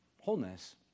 wholeness